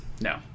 No